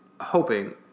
Hoping